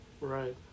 Right